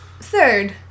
third